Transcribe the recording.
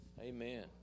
Amen